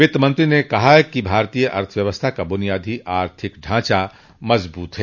वित्तमंत्री ने कहा कि भारतीय अर्थव्यवस्था का बुनियादी आर्थिक ढांचा मजबूत है